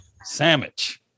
Sandwich